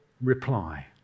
reply